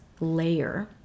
layer